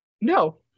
No